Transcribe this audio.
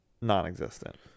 non-existent